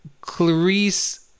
Clarice